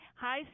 Hi